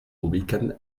ubican